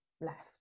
left